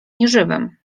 nieżywym